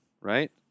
right